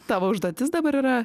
tavo užduotis dabar yra